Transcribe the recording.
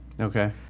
Okay